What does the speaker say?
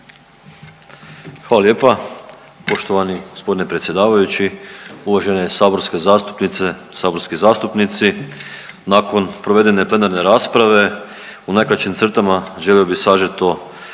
Hvala lijepa. Poštovani predsjedavajući, uvažene saborske zastupnice, saborski zastupnici, nakon provedene plenarne rasprave u najkraćim crtama želio bi sažeto